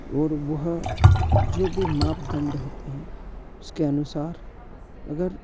और वह जो भी मापदंड होते है उसके अनुसार अगर